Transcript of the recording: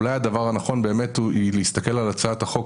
אולי הדבר הנכון הוא להסתכל על הצעת החוק